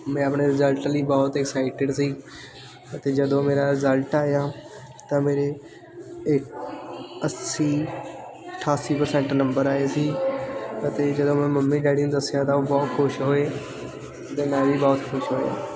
ਮੈਂ ਆਪਣੇ ਰਿਜਲਟ ਲਈ ਬਹੁਤ ਐਕਸਾਈਟਿਡ ਸੀ ਅਤੇ ਜਦੋਂ ਮੇਰਾ ਰਿਜ਼ਲਟ ਆਇਆ ਤਾਂ ਮੇਰੇ ਏਟ ਅੱਸੀ ਅਠਾਸੀ ਪ੍ਰਸੈਂਟ ਨੰਬਰ ਆਏ ਸੀ ਅਤੇ ਜਦੋਂ ਮੈਂ ਮੰਮੀ ਡੈਡੀ ਨੂੰ ਦੱਸਿਆ ਤਾਂ ਉਹ ਬਹੁਤ ਖੁਸ਼ ਹੋਏ ਅਤੇ ਮੈਂ ਵੀ ਬਹੁਤ ਖੁਸ਼ ਹੋਇਆ